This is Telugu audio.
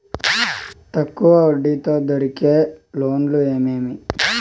తక్కువ వడ్డీ తో దొరికే లోన్లు ఏమేమి